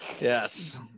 Yes